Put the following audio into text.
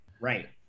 right